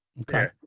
okay